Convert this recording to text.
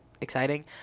exciting